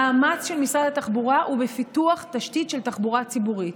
המאמץ של משרד התחבורה הוא בפיתוח תשתית של תחבורה ציבורית.